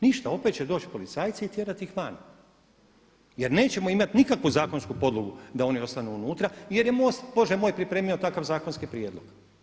Ništa, opet će doći policajci i tjerati ih van jer nećemo imati nikakvu zakonsku podlogu da oni ostanu unutra jer je MOST bože moj pripremio takav zakonski prijedlog.